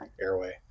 airway